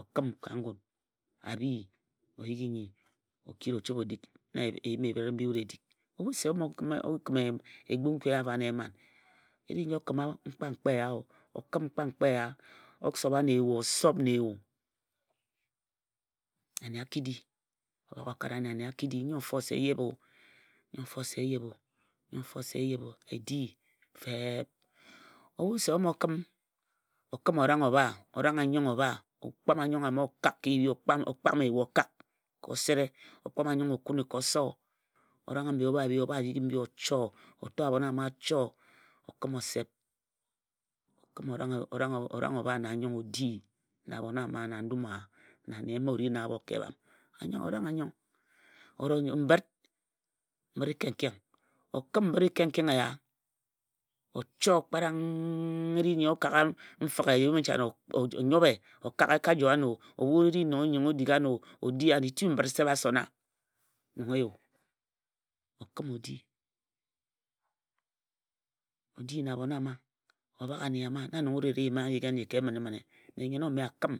O kǝm ka ngan a bhi o yighi nnyi o ki o chǝbhe o dik. Na eyim eyim ebhǝre mbi wut e dik. Ebhu se o mo o kǝm egbu nkui aji afo eman eri nji o kǝma nkankpa eye o o kǝm mkpanka eya o sobha na eya o sop na eya ane a ki di o bhak o kare ane ane a ki di, nnyo mfo se e yebhe o. Nnyo mfo se e yebhe o e-dk feep. Ebhu se o mo kǝm o kǝm orang obha anyong obha o nyong obha o kpam anyong o kak ka ebhi, o kpam Eyuo kak ka osere o kǝn anyong o kune ka oso orang abhi obha bhii o cho o to abhon ama a cho, o kǝm osep o kǝm orang obha na anyong o di na abhon ama na ndum owa na ane mma o ri na abho ka ebham. Orang anyong or o kǝn mbǝt-i-kengkeng o kǝm mbǝt-i-kengkeng eya o cho kparang e ri nji o kagha mfǝk ejam i nchane o o nyobhe o kak e ka joe ano o ebhu e ri nong o dik ano o di an etu mbǝt sep a sona nong eyu o kǝm o di o di na abhon ama, o bholk ane ama. Ano na e ri e yima erik aji ka emǝmemǝne. Mme nnyen ome a kǝm